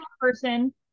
person